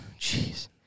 Jeez